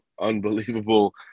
unbelievable